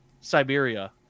Siberia